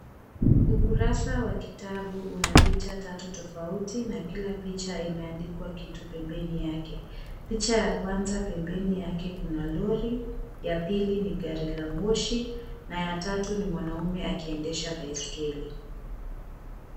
Ukurasa wa kitabu una picha tatu tofauti na kila picha imeandikwa kitu pembeni yake. Picha ya kwanza pembeni yake kuna lori, ya pili ni gari la moshi na ya tatu ni mwanaume akiendesha baiskeli.